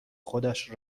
خودش